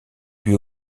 lui